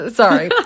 sorry